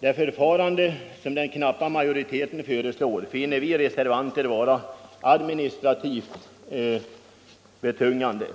Det förfarande som den knappa majoriteten föreslår finner vi reservanter vara administrativt betungande.